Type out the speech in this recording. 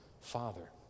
father